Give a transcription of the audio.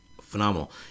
phenomenal